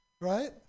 Right